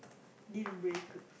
deal breaker